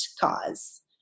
cause